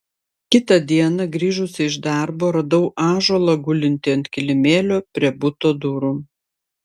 kitą dieną grįžusi iš darbo radau ąžuolą gulintį ant kilimėlio prie buto durų